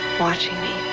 watching me.